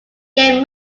get